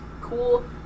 cool